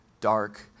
dark